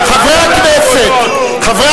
תגיד מה עשיתם,